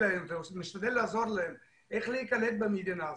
ומשתדל לעזור להם איך להיקלט במדינה,